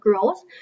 growth